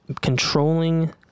controlling